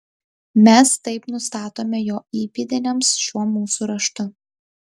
mes taip nustatome jo įpėdiniams šiuo mūsų raštu